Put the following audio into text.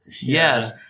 yes